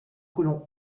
colons